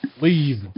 Leave